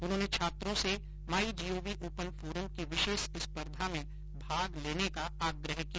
उन्होंने छात्रों से माई जीओवी ओपन फोरम की विशेष स्पर्धा में भाग लेने का आग्रह किया